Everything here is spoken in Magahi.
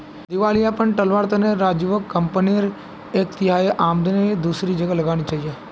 दिवालियापन टलवार तने राजीवक कंपनीर एक तिहाई आमदनी दूसरी जगह लगाना चाहिए